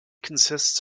consists